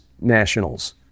nationals